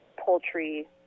poultry